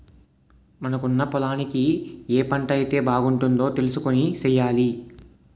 మనకున్న పొలానికి ఏ పంటైతే బాగుంటదో తెలుసుకొని సెయ్యాలి